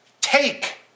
take